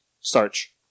Starch